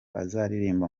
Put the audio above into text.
azaririmba